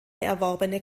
erworbene